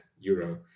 Euro